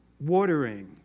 watering